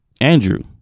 Andrew